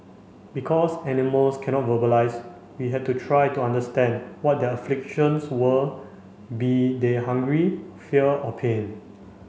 because animals cannot verbalise we had to try to understand what their afflictions were be they hunger fear or pain